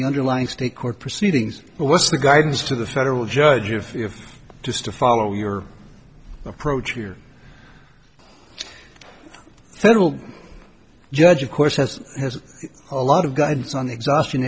the underlying state court proceedings are what's the guidance to the federal judge if you're just to follow your approach here federal judge of course has has a lot of guidance on the exhaustion